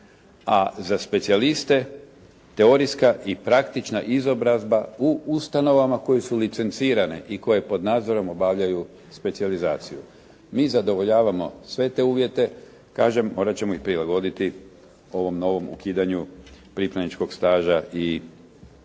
a za specijaliste teorijska i praktična izobrazba u ustanovama koje su licencirane i koje pod nadzorom obavljaju specijalizaciju. Mi zadovoljavamo sve te uvjete, kažem, morati ćemo ih prilagoditi ovom novom ukidanju pripravničkog staža i polaganja